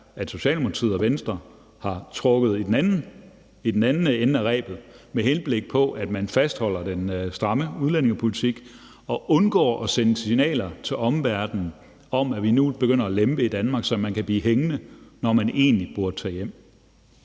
at Socialdemokratiet og Venstre har trukket i den anden ende af rebet, med henblik på at man fastholder den stramme udlændingepolitik og undgår at sende signaler til omverdenen om, at man nu begynder at lempe i Danmark, så man kan blive hængende, når man egentlig burde tage hjem.